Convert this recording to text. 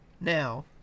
Now